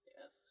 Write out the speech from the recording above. Yes